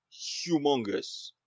humongous